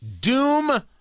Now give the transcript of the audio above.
Doom